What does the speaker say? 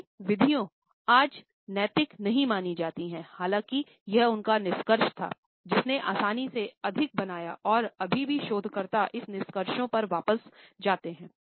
उसकी विधियाँ आज नैतिक नहीं मानी जा सकती है हालाँकि यह उनका निष्कर्ष था जिसने आसानी से अधिक बनाया और अभी भी शोधकर्ता इन निष्कर्षों पर वापस जाते हैं